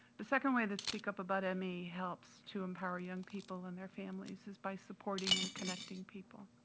the second way that speak up about me helps to empower young people and their families is by supporting and connecting people.